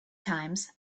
times